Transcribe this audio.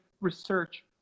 research